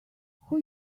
who